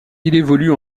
évolue